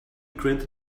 granted